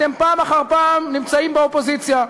אתם פעם אחר פעם נמצאים באופוזיציה,